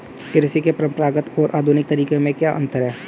कृषि के परंपरागत और आधुनिक तरीकों में क्या अंतर है?